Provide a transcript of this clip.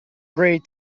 grey